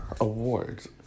awards